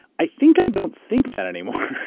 i think i don't think that anymore.